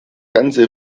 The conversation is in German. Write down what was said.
ganze